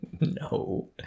No